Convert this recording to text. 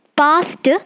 past